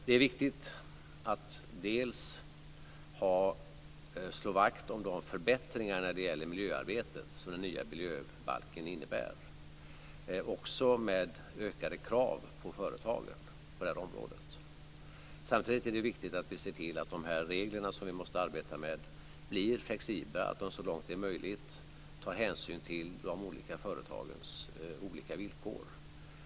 Det är viktigt att slå vakt om förbättringar i miljöarbetet som den nya miljöbalken innebär, också med ökade krav på företagen. Samtidigt är det viktigt att se till att reglerna blir så långt det är möjligt flexibla och tar hänsyn till de olika företagens olika villkor.